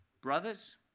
brothers